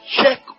check